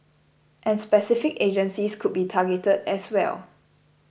and specific agencies could be targeted as well